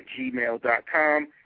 gmail.com